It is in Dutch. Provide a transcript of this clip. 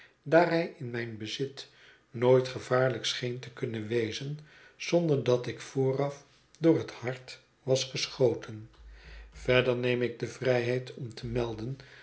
hij in mijn bezit nooit gevaarlijk scheen te kunnen wezen zonder dat ik vooraf door het hart was geschoten verder neem ik de vrijheid om te melden